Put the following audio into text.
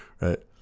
right